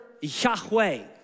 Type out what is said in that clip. Yahweh